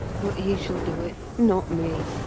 but he shall do it not me.